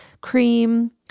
cream